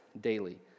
daily